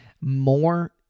more